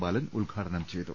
ബാലൻ ഉദ്ഘാടനം ചെയ്തു